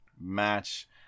match